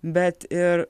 bet ir